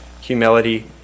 humility